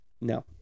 No